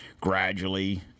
gradually